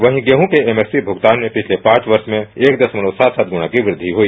वहीं गेंहू के एमएसपी भुगतान में पिछले पांच वर्ष में एक दशमलव सात सात गुना की वृद्धि हुई